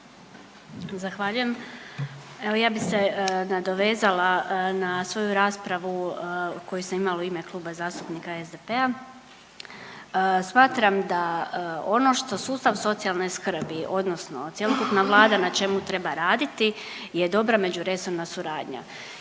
Zahvaljujem. Evo ja bih se nadovezala na svoju raspravu koju sam imala u ime Kluba zastupnika SDP-a. Smatram da ono što sustav socijalne skrbi odnosno cjelokupna vlada na čemu treba raditi je dobra međuresorna suradnja